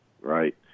right